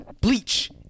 Bleach